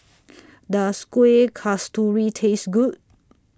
Does Kuih Kasturi Taste Good